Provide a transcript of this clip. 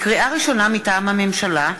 לקריאה ראשונה, מטעם הממשלה: